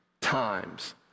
times